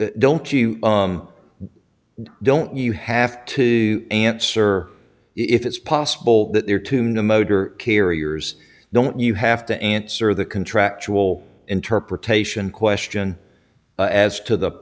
issue don't you don't you have to answer if it's possible that there are two motor carriers don't you have to answer the contractual interpretation question as to the